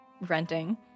renting